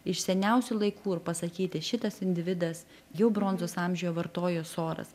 iš seniausių laikų ir pasakyti šitas individas jau bronzos amžiuj vartojo soras